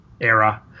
Era